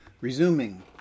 Resuming